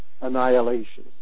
annihilation